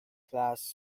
class